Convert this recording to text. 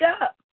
up